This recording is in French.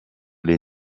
les